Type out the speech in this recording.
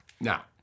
Now